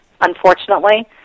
unfortunately